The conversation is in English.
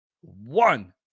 One